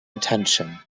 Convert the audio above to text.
attention